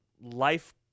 life